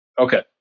Okay